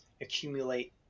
accumulate